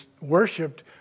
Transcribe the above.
worshipped